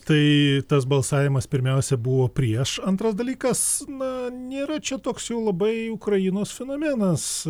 tai tas balsavimas pirmiausia buvo prieš antras dalykas na nėra čia toks jau labai ukrainos fenomenas